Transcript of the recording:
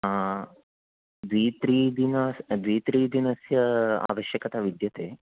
द्वित्रिदिन द्वित्रिदिनस्य आवश्यकता विद्यते